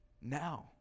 now